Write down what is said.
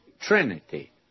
Trinity